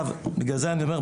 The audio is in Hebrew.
בגלל זה אני אומר,